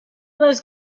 those